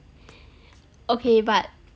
okay but